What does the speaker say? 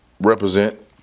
represent